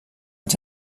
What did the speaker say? els